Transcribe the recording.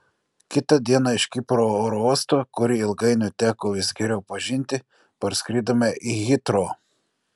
kitą dieną iš kipro oro uosto kurį ilgainiui teko vis geriau pažinti parskridome į hitrou